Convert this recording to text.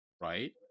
right